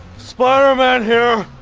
spider-man here.